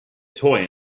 toy